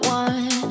one